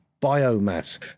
biomass